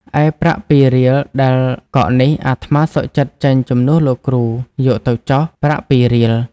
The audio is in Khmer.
ឯប្រាក់ ២ រៀលដែលកក់នេះ អាត្មាសុខចិត្តចេញជំនួសលោកគ្រូ "យកទៅចុះ ប្រាក់ ២ រៀល"។